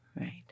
Right